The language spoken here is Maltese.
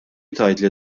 tgħidli